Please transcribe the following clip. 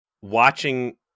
watching